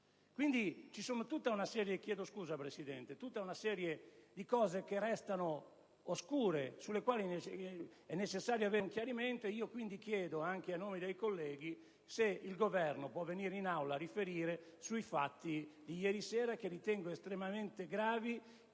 fatto. Ci sono aspetti che restano oscuri e sui quali è necessario avere un chiarimento. Chiedo quindi, anche a nome dei colleghi, se il Governo può venire in Aula a riferire sui fatti di ieri sera, che ritengo estremamente gravi.